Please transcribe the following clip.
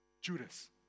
Judas